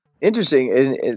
Interesting